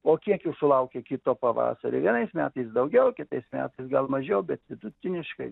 o kiek jų sulaukė kito pavasario vienais metais daugiau kitais metais gal mažiau bet vidutiniškai